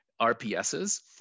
RPSs